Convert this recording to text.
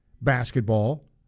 basketball